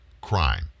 crime